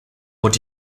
what